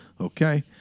Okay